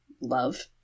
love